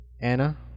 Anna